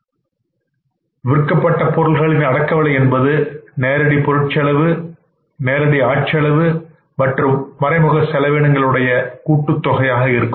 cost of goods sold என்பது நேரடி பொருட்செலவு நேரடி ஆட்செலவு மற்றும் மறைமுக செலவினங்களின் உடைய கூட்டுத் தொகையாக இருக்கும்